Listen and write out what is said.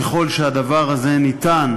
ככל שהדבר הזה אפשרי,